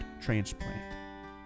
transplant